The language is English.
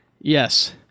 Yes